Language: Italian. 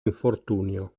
infortunio